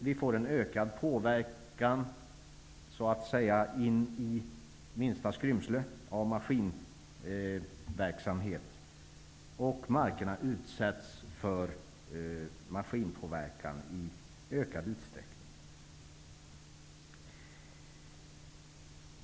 Vi får en ökad påverkan in i minsta skrymsle av maskinverksamhet, och markerna utsätts för maskinpåverkan i hög utsträckning.